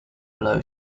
blow